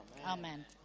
Amen